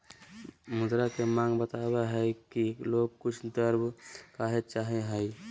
मुद्रा के माँग बतवय हइ कि लोग कुछ द्रव्य काहे चाहइ हइ